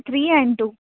three and two